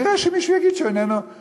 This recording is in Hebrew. נראה שמישהו שיגיד שהוא אורתודוקסי.